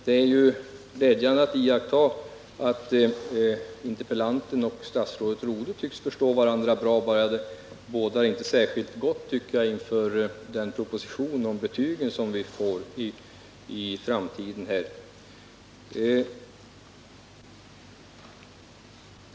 Det är visserligen glädjande att kunna iaktta att interpellanten och statsrådet Rodhe tycks förstå varandra bra, men det bådar inte särskilt gott inför den proposition om betygen som vi skall få i en framtid.